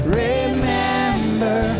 remember